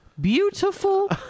beautiful